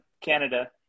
Canada